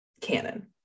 canon